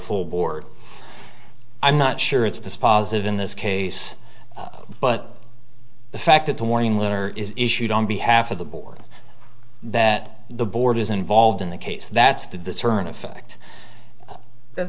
full board i'm not sure it's dispositive in this case but the fact that the warning letter is issued on behalf of the board that the board is involved in the case that's the deterrent effect th